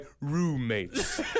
roommates